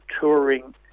touring